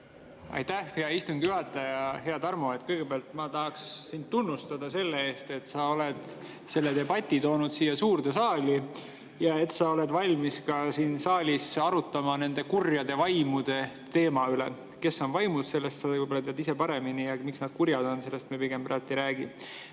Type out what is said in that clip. Aitäh, hea istungi juhataja! Hea Tarmo! Kõigepealt ma tahaks sind tunnustada selle eest, et sa oled selle debati toonud siia suurde saali ja et sa oled valmis ka siin saalis arutama nende kurjade vaimude teema üle. Kes on vaimud, seda sa võib-olla tead ise paremini, ja miks nad kurjad on, sellest me pigem praegu ei räägi.